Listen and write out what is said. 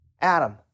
Adam